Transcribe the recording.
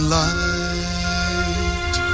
light